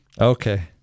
okay